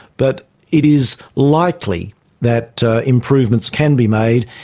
but it is likely that improvements can be made.